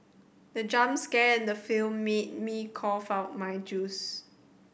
the jump scare in the film made me cough out my juice